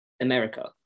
America